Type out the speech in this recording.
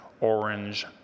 orange